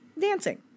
dancing